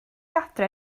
adre